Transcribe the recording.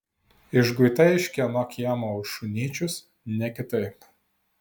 išguita iš kieno kiemo už šunyčius ne kitaip